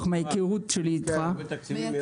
איך יודעים את זה?